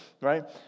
right